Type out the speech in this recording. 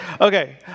Okay